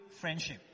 friendship